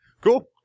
Cool